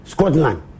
Scotland